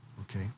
Okay